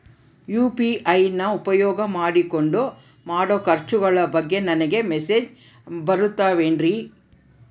UPI ನ ಉಪಯೋಗ ಮಾಡಿಕೊಂಡು ಮಾಡೋ ಖರ್ಚುಗಳ ಬಗ್ಗೆ ನನಗೆ ಮೆಸೇಜ್ ಬರುತ್ತಾವೇನ್ರಿ?